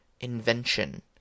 invention